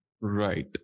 Right